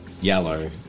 yellow